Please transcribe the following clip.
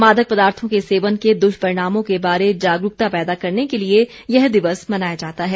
मादक पदार्थो के सेवन के द्ष्परिणामों के बारे जागरुकता पैदा करने के लिए यह दिवस मनाया जाता है